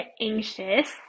anxious